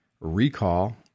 recall